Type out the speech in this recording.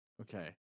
Okay